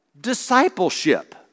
discipleship